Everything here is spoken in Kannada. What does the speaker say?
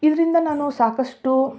ಇದರಿಂದ ನಾನು ಸಾಕಷ್ಟು